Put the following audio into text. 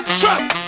trust